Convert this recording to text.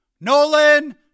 Nolan